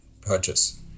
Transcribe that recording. purchase